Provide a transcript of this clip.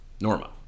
Norma